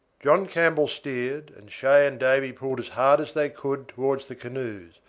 john campbell steered, and shay and davy pulled as hard as they could towards the canoes,